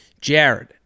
Jared